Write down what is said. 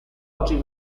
oggi